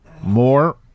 more